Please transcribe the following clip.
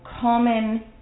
common